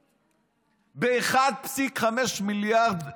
צוללות ב-1.5 מיליארד אירו.